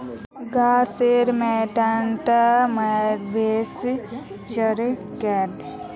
घासेर मैदानत मवेशी चर छेक